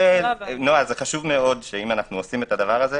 חשוב שאם נעשה את זה,